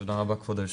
תודה רבה כבוד היו"ר.